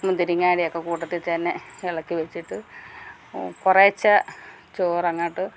മുന്തിരിങ്ങായ്ടെയെക്കെ കൂട്ടത്തിൽ തന്നെ ഇളക്കി വെച്ചിട്ട് കുറെച്ചെ ചോറങ്ങാട്ട്